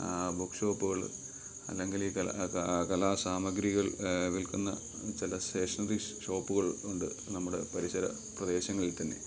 book ഷോപ്പുകൾ അല്ലങ്കിൽ കല കലാസാമഗ്രികൾ വിൽക്കുന്ന ചില സ്റ്റേഷനറി ഷോപ്പുകൾ ഉണ്ട് നമ്മുടെ പരിസര പ്രദേശങ്ങളിൽ തന്നെ